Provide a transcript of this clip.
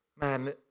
man